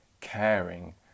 caring